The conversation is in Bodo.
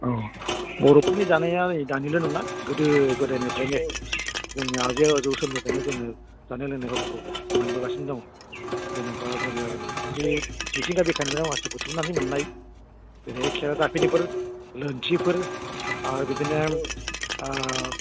औ बर'फोरनि जानाया दानिल' नङा गोदो गोदायनिफ्रायनो जोंनि आबै आबौ समनिफ्रायनो जोङो जानाय लोंनाय हुदाखौ मोनबोगासिनो दङ जेनेबा जोङो बे मिथिंगा बिखानिफ्राय माखासे बुथुमनानै मोननाय जेरैहाय खेराइ दाफिनिफोर लोन्थिफोर आरो बिदिनो